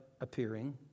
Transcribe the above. appearing